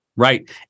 Right